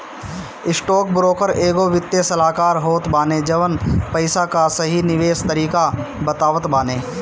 stockbroker एगो वित्तीय सलाहकार होत बाने जवन पईसा कअ सही निवेश तरीका बतावत बाने